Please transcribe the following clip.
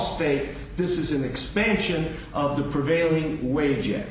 spake this is an expansion of the prevailing wage